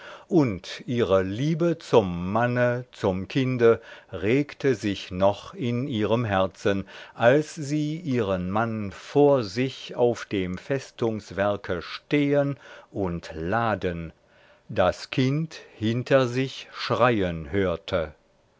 und ihre liebe zum malme zum kinde regte sich noch in ihrem herzen als sie ihren mann vor sich auf dem festungswerke stehen und laden das kind hinter sich schreien hörte